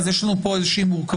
אז יש לנו פה איזה מורכבות.